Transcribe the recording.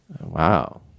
Wow